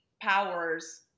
powers